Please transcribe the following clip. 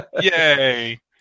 Yay